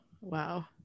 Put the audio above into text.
Wow